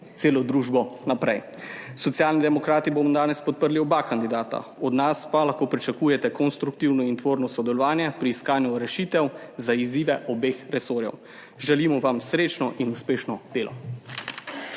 celo družbo naprej. Socialni demokrati bomo danes podprli oba kandidata. Od nas pa lahko pričakujete konstruktivno in tvorno sodelovanje pri iskanju rešitev za izzive obeh resorjev. Želimo vam srečno in uspešno delo.